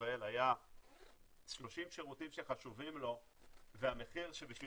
ישראל היו 30 שירותים שחשובים לו והמחיר שבשביל